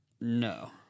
No